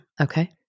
Okay